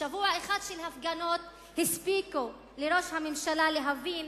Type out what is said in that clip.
שבוע אחד של הפגנות הספיקו לראש הממשלה להבין